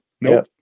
Nope